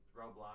Roblox